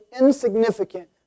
insignificant